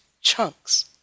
chunks